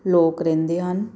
ਲੋਕ ਰਹਿੰਦੇ ਹਨ